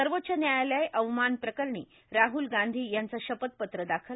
सर्वाच्च न्यायालय अवमान प्रकरणी राहुल गांधी यांचं शपथपत्र दाखल